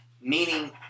meaning